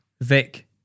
Vic